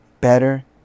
better